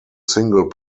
single